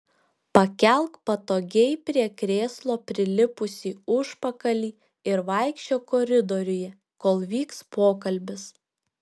pakelk patogiai prie krėslo prilipusį užpakalį ir vaikščiok koridoriuje kol vyks pokalbis